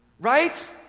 Right